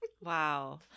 wow